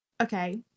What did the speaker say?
Okay